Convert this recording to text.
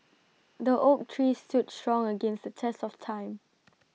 the oak tree stood strong against the test of time